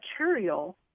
material